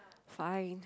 fine